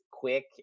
quick